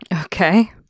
Okay